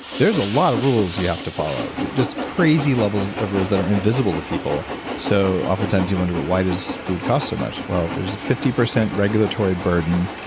there's a lot of rules you have to follow. just just crazy levels of of rules that are invisible to people so often times you wonder why does food cost so much. well there's a fifty regulatory burden